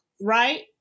right